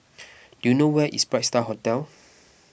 do you know where is Bright Star Hotel